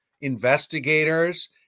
investigators